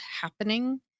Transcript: happening